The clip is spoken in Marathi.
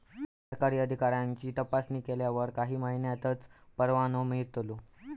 सरकारी अधिकाऱ्यांची तपासणी केल्यावर काही महिन्यांतच परवानो मिळतलो